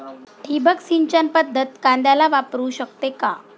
ठिबक सिंचन पद्धत कांद्याला वापरू शकते का?